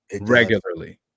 regularly